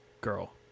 girl